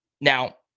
Now